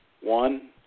One